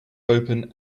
open